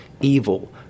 evil